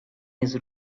his